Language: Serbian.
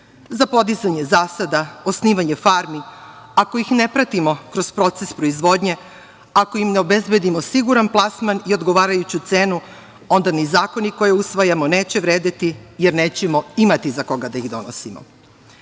za podizanje zasada, osnivanje farmi, ako ih ne pratimo kroz proces proizvodnje, ako im ne obezbedimo siguran plasman i odgovarajuću cenu, onda ni zakoni koje usvajamo neće vredeti, jer nećemo imati za koga da ih donosimo. Da